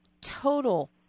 total